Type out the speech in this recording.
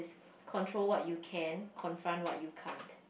control what you can confront what you can't